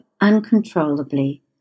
uncontrollably